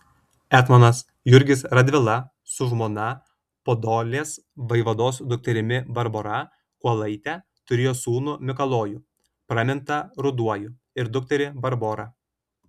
etmonas jurgis radvila su žmona podolės vaivados dukterimi barbora kuolaite turėjo sūnų mikalojų pramintą ruduoju ir dukterį barborą